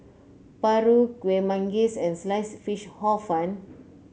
paru Kueh Manggis and Sliced Fish Hor Fun